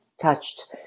touched